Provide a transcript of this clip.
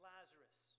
Lazarus